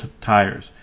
tires